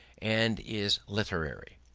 and is literary.